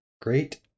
Great